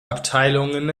abteilungen